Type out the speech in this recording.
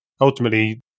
ultimately